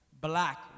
Black